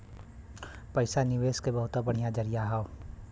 पइसा निवेस के बहुते बढ़िया जरिया हौ